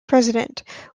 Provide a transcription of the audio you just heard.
president